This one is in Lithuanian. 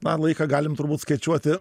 na laiką galim turbūt skaičiuoti